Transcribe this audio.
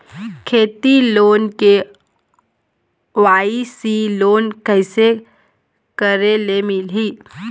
खेती loan KYC loan कइसे करे ले मिलही?